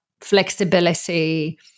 flexibility